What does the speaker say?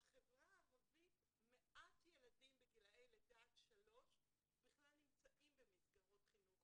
בחברה הערבית מעט ילדים בגילאי לידה עד שלוש נמצאים במסגרת חינוך